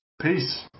Peace